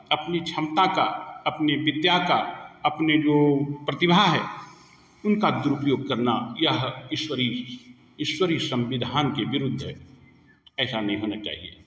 अपनी क्षमता का अपनी विद्या का अपनी जो प्रतिभा है उनका दुरुपयोग करना यह ईश्वरीय ईश्वरीय संविधान के विरूद्ध है ऐसा नहीं होना चाहिए